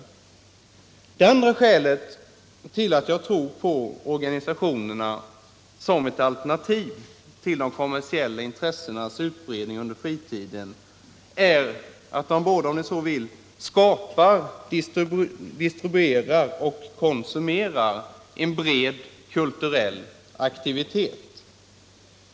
43 Det andra skälet till att jag tror på organisationerna som alternativ till de kommersiella intressenas utbredning under fritiden är att organisationerna såväl skapar och distribuerar som konsumerar en bred kulturell aktivitet.